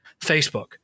Facebook